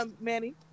Manny